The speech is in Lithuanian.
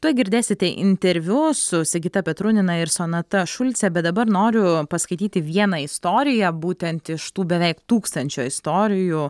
tuoj girdėsite interviu su sigita petrunina ir sonata šulce bet dabar noriu paskaityti vieną istoriją būtent iš tų beveik tūkstančio istorijų